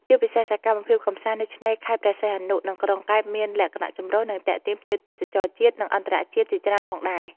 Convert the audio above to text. ជាពិសេសសកម្មភាពកម្សាន្តនៅឆ្នេរខេត្តព្រះសីហនុ និងក្រុងកែបមានលក្ខណៈចម្រុះ និងទាក់ទាញភ្ញៀវទេសចរជាតិ និងអន្តរជាតិជាច្រើនផងដែរ។